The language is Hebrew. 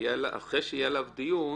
אחרי שיהיה עליו דיון,